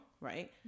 right